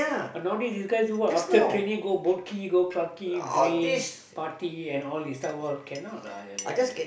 but nowadays you guys do what after training go Boat-Quay go Clarke-Quay drink party and all these type of all cannot lah ya